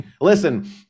listen